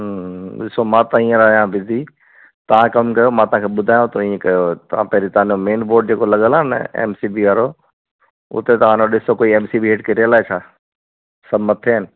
हूं हूं ॾिसो मां त हींअर आहियां बिज़ी तव्हां कमु कयो मां तव्हांखे ॿुधायांव थो ईअं कयो तव्हां पहिरीं तव्हांजो मेन बोर्ड जेको लॻलु आहे न एम सी बी वारो उते तव्हां अन ॾिसो कोई एम सी बी हेठि किरियलु आहे छा सभु मथे आहिनि